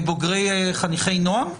בוגרי חניכי נוער?